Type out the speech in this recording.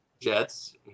Jets